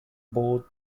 both